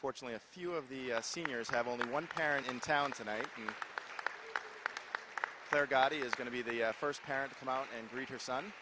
fortunately a few of the seniors have only one parent in town tonight their god is going to be the first parent to come out and greet her son